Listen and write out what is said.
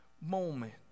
moment